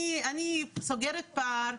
אני סוגרת פער,